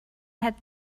had